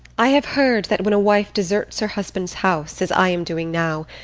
i have heard that when a wife deserts her husband's house, as i am doing now,